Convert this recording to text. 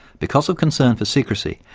because of concern for secrecy,